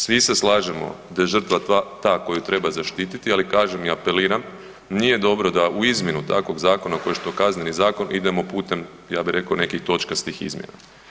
Svi se slažemo da je žrtva ta koju treba zaštititi, ali kažem i apeliram nije dobro da u izmjenu takvog zakona kao što je Kazneni zakon idemo putem, ja bi rekao nekih točkastih izmjena.